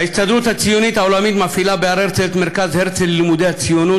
ההסתדרות הציונית העולמית מפעילה בהר הרצל את מרכז הרצל ללימודי ציונות,